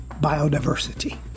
biodiversity